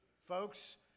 Folks